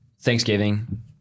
Thanksgiving